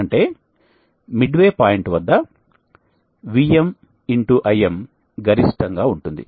అంటే midway point వద్ద VM x IM గరిష్టంగా ఉంటుంది